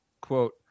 quote